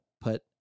put